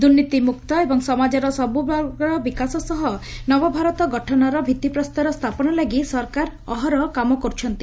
ଦୁର୍ନୀତିମୁକ୍ତ ଏବଂ ସମାଜର ସବୁବର୍ଗର ବିକାଶ ସହ ନବଭାରତ ଗଠନର ଭିଭିପ୍ରସ୍ଥର ସ୍ରାପନ ଲାଗି ସରକାର ଅହରହ କାମ କରୁଛନ୍ତି